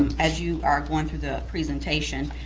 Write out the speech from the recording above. as you are going through the presentation,